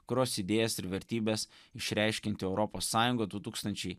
kurios idėjas ir vertybes išreiškianti europos sąjunga du tūkstančiai